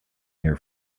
here